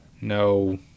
No